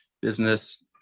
business